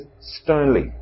sternly